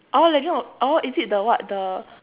orh legend of orh is it the what the